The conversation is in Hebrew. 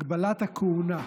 הגבלת הכהונה",